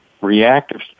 reactive